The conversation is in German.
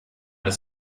des